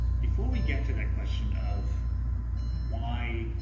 before we get to that question of why,